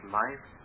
life